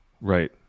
Right